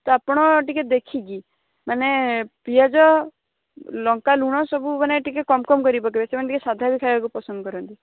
ତ ଆପଣ ଟିକିଏ ଦେଖିକି ମାନେ ପିଆଜ ଲଙ୍କା ଲୁଣ ସବୁ ମାନେ ଟିକିଏ କମ୍ କମ୍ କରି ପକେଇବେ ସେମାନେ ଟିକିଏ ସାଧାବି ଖାଇବାକୁ ପସନ୍ଦ କରନ୍ତି